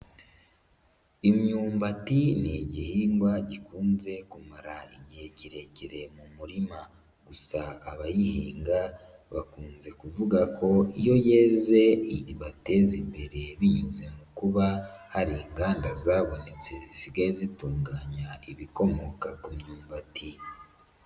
Imyumbati ni igihingwa gikunze kumara igihe kirekire mu murima gusa abayihinga bakunze kuvuga ko iyo yeze ibateza imbere binyuze mu kuba hari inganda zabonetse zisigaye zitunganya ibikomoka ku myumbati.